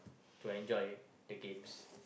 to enjoy the games